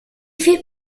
fait